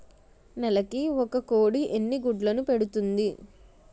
నెలకి ఒక కోడి ఎన్ని గుడ్లను పెడుతుంది?